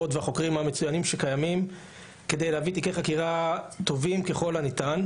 המצוינים כדי להביא תיקי חקירה טובים ככל הניתן.